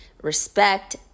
respect